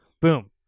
Boom